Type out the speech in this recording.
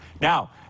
now